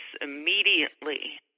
immediately